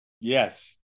Yes